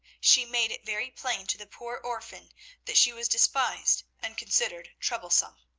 she made it very plain to the poor orphan that she was despised and considered troublesome.